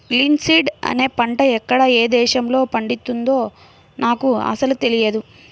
linseed అనే పంట ఎక్కడ ఏ దేశంలో పండుతుందో నాకు అసలు తెలియదు